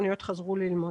תיכוניות חזרו ללמוד.